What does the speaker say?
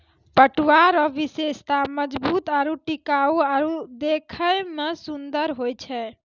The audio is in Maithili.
पटुआ रो विशेषता मजबूत आरू टिकाउ आरु देखै मे सुन्दर होय छै